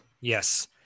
Yes